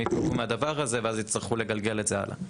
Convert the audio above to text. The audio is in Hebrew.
--- מהדבר הזה ואז יצטרכו לגלגל את זה הלאה.